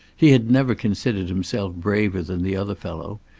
he had never considered himself braver than the other fellow,